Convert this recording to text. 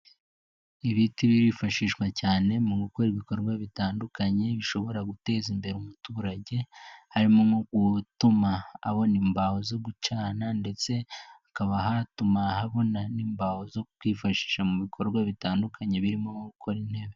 Ibiti birifashishwa cyane mu gukora ibikorwa bitandukanye bishobora guteza imbere umuturage harimo ubutuma abona imbaho zo gucana ndetse akaba hatuma ahabona n'imbaho zo kwifashisha mu bikorwa bitandukanye birimo gukora intebe.